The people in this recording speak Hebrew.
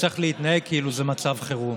וצריך להתנהג כאילו זה מצב חירום.